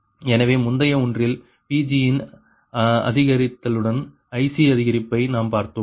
எனவே முந்தைய ஒன்றில் Pgயின் அதிகரித்தலுடன் ICஅதிகரிப்பதை நாம் பார்த்தோம்